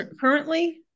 currently